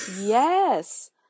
Yes